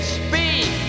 speak